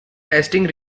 testing